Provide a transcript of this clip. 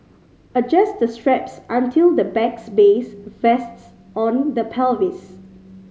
adjust the straps until the bag's base rests on the pelvis